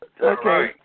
Okay